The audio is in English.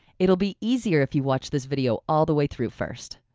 it'll be easier if you watch this video all the way through first.